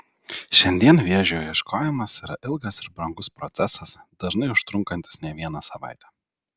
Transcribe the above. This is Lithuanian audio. šiandien vėžio ieškojimas yra ilgas ir brangus procesas dažnai užtrunkantis ne vieną savaitę